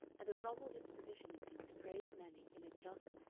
and a novel disposition in him to praise manning in a just,